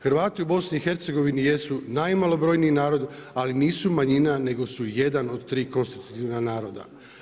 Hrvati u BIH jesu najmalobrojniji narod, ali nisu manjina, nego su jedan od tri konstitutivna naroda.